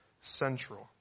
central